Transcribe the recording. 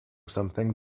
something